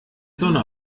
sonne